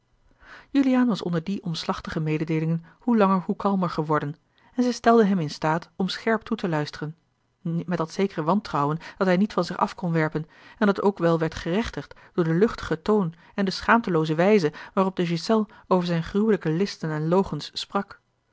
juliaan was onder die omslachtige mededeelingen hoe langer hoe kalmer geworden en zij stelden hem in staat om scherp toe te luisteren met dat zeker wantrouwen dat hij niet van zich af kon werpen en dat ook wel werd gerechtigd door den luchtigen toon en de schaamtelooze wijze waarop de ghiselles over zijne gruwelijke listen en logens sprak